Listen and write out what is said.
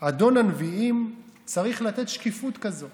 אדון הנביאים, צריך לתת שקיפות כזאת?